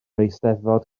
eisteddfod